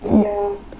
mm